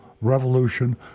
revolution